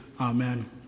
Amen